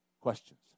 Questions